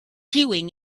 queuing